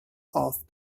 off